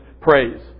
praise